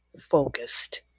focused